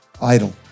Idol